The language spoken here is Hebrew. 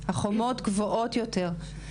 החומות גבוהות יותר.